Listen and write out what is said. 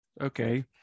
okay